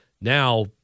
now